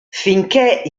finché